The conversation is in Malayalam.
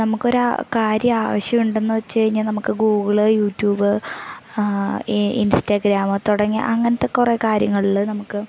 നമുക്ക് ഒരു കാര്യം ആവശ്യമുണ്ടെന്നു വച്ചു കഴിഞ്ഞാൽ നമുക്ക് ഗൂഗിള് യൂട്യൂബ് ഇൻസ്റ്റാഗ്രാമ് തുടങ്ങിയ അങ്ങനത്തെ കുറേ കാര്യങ്ങളിൽ നമുക്ക്